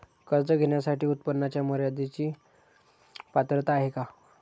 कर्ज घेण्यासाठी उत्पन्नाच्या मर्यदेची पात्रता आहे का?